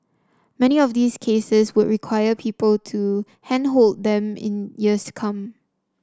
many of these cases would require people to handhold them in years to come